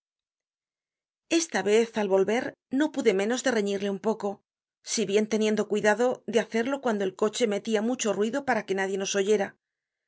esta vez al volver no pude menos de reñirle un poco si bien teniendo cuidado de hacerlo cuando el coche metia mucho ruido para que nadie nos oyera